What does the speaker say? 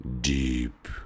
deep